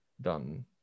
done